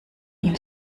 ihm